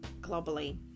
globally